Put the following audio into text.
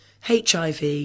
HIV